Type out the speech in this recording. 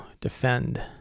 defend